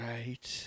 Right